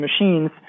machines